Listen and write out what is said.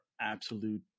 absolute